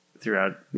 throughout